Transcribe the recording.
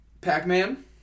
Pac-Man